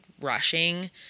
rushing